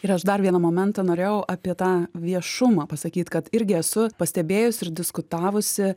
ir aš dar vieną momentą norėjau apie tą viešumą pasakyt kad irgi esu pastebėjus ir diskutavusi